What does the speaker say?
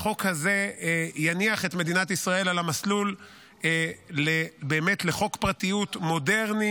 החוק הזה יניח את מדינת ישראל על המסלול באמת לחוק פרטיות מודרני,